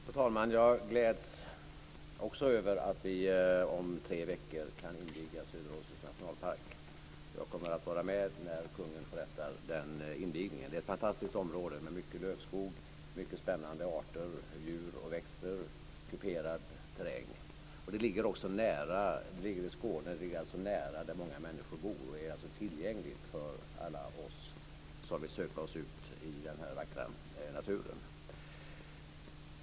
Fru talman! Också jag gläder mig över att vi om tre veckor kan inviga Söderåsens nationalpark. Jag kommer att vara med när kungen förrättar den invigningen. Det är ett fantastiskt område med mycket lövskog, många spännande djur och växtarter och kuperad terräng. Nationalparken ligger i Skåne, nära där många människor bor, så den är tillgänglig för alla som vill söka sig ut till denna vackra natur.